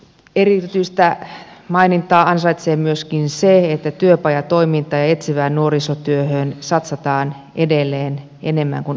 erityisen maininnan ansaitsee myöskin se että työpajatoimintaan ja etsivään nuorisotyöhön satsataan edelleen enemmän kuin aikaisemmin